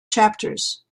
chapters